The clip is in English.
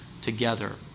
together